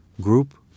group